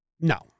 No